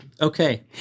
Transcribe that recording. okay